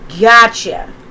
Gotcha